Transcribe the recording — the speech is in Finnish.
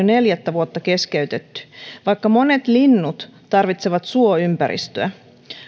neljättä vuotta keskeytetty vaikka monet linnut tarvitsevat suoympäristöä